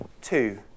Two